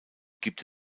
gibt